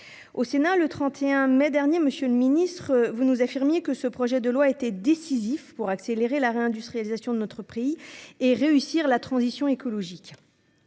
Au Sénat, le 31 mai dernier, vous affirmiez, monsieur le ministre Le Maire, que ce projet de loi était « décisif pour accélérer la réindustrialisation de notre pays et réussir la transition écologique